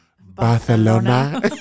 Barcelona